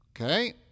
Okay